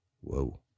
Whoa